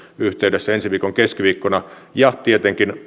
yhteydessä ensi viikon keskiviikkona ja tietenkin